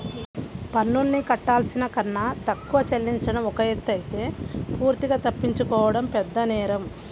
పన్నుల్ని కట్టాల్సిన కన్నా తక్కువ చెల్లించడం ఒక ఎత్తయితే పూర్తిగా తప్పించుకోవడం పెద్దనేరం